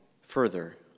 further